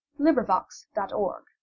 LibriVox.org